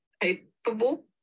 capable